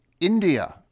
India